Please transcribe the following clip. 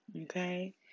Okay